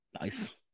nice